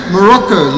Morocco